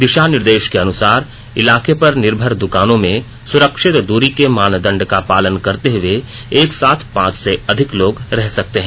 दिशा निर्देश के अनुसार इलाके पर निर्भर दुकानों में सुरक्षित दूरी के मानदंड का पालन करते हुए एक साथ पाँच से अधिक लोग रह सकते हैं